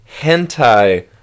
hentai